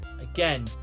again